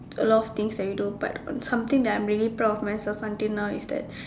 a lot of things that we don't but something that I'm really proud of myself until now is that